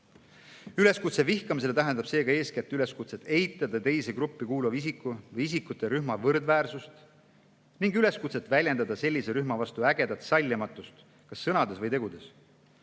Üleskutse vihkamisele tähendab seega eeskätt üleskutset eitada teise gruppi kuuluva isiku või isikute rühma võrdväärsust ning üleskutset väljendada sellise rühma vastu ägedat sallimatust kas sõnades või tegudes.